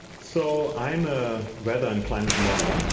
so i am a weather and climate modeller,